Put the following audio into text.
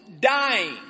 dying